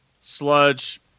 sludge